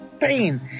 pain